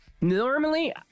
Normally